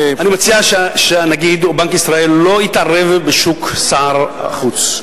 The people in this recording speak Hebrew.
אני מציע שהנגיד או בנק ישראל לא יתערב בשוק סחר החוץ.